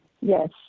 Yes